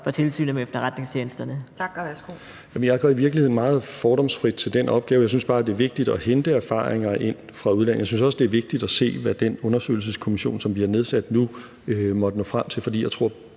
Justitsministeren (Nick Hækkerup): Jeg går i virkeligheden meget fordomsfrit til den opgave. Jeg synes bare, det er vigtigt at hente erfaringer ind fra udlandet, og jeg synes også, det er vigtigt at se, hvad den undersøgelseskommission, som vi har nedsat nu, måtte nå frem til, for jeg tror,